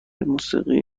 موسیقی